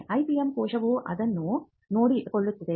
IPM ಕೋಶವು ಅದನ್ನು ನೋಡಿಕೊಳ್ಳುತ್ತದೆ